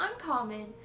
uncommon